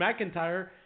McIntyre